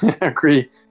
agree